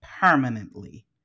permanently